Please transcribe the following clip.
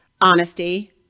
honesty